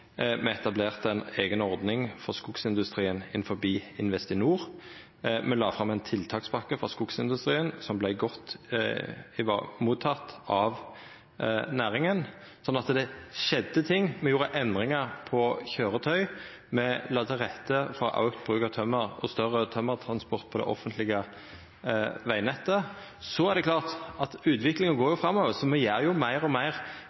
Me etablerte ei eiga ordning for skogsindustrien innanfor Investinor. Me la fram ein tiltakspakke for skogsindustrien, som vart godt motteken av næringa. Så det skjedde ting. Me gjorde endringar på køyretøy. Me la til rette for auka bruk av tømmer og større tømmertransport på det offentlege vegnettet. Det er klart at utviklinga går framover, så me gjer jo meir og meir